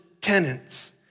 tenants